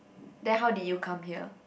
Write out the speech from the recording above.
then how did you come here